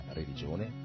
religione